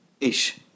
ish